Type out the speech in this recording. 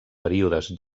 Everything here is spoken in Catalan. períodes